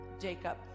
Jacob